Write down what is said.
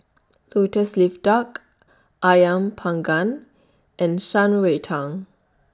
Lotus Leaf Duck Ayam Panggang and Shan Rui Tang